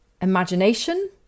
imagination